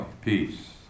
peace